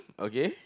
okay